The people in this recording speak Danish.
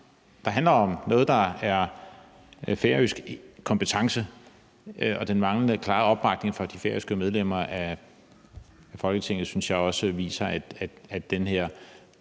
der handler om noget, der er færøsk kompetence, fra de færøske medlemmer af Folketinget synes jeg også viser, at den her